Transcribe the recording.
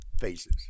faces